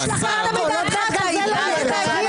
תצאי.